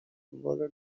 worried